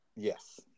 Yes